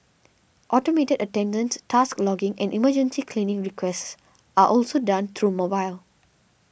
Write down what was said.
automated attendance task logging and emergency cleaning requests are also done through mobile